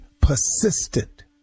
persistent